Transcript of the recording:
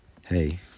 hey